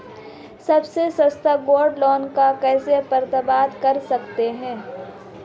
सबसे सस्ता gold loan कैसे प्राप्त कर सकते हैं?